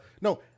No